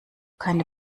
keine